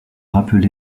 rappelé